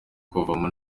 kuvamo